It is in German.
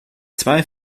zwei